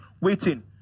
waiting